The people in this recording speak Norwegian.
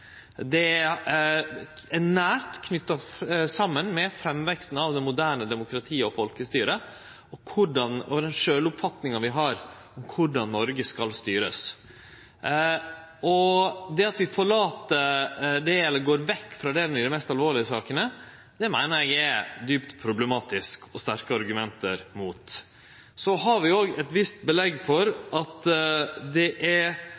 Det er nært knytt saman med framveksten av det moderne demokratiet og folkestyret og den sjølvoppfatninga vi har av korleis Noreg skal styrast. Og det at vi forlèt det, eller går vekk frå det i dei mest alvorlege sakene, meiner eg er djupt problematisk, og at det er sterke argument mot. Så har vi òg eit visst belegg for